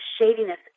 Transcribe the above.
shadiness